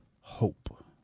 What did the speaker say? Hope